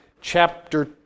chapter